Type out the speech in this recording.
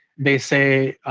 they say,